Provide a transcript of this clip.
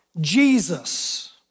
Jesus